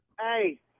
hey